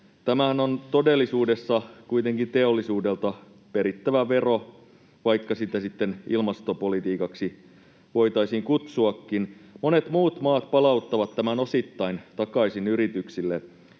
Tämähän on todellisuudessa kuitenkin teollisuudelta perittävä vero, vaikka sitä sitten ilmastopolitiikaksi voitaisiin kutsuakin. Monet muut maat palauttavat tämän osittain takaisin yrityksille.